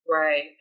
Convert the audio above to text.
Right